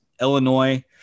Illinois